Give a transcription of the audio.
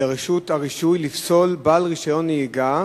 לרשות הרישוי לפסול בעל רשיון נהיגה